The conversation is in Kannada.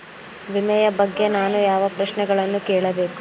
ವಿಮೆಯ ಬಗ್ಗೆ ನಾನು ಯಾವ ಪ್ರಶ್ನೆಗಳನ್ನು ಕೇಳಬೇಕು?